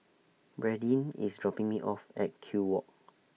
Bradyn IS dropping Me off At Kew Walk